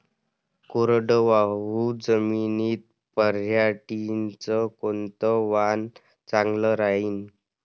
कोरडवाहू जमीनीत पऱ्हाटीचं कोनतं वान चांगलं रायीन?